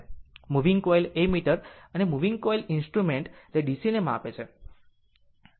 moving coil ammeter અને moving coil instrument તે DC ને માપે છે